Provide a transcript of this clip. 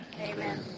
Amen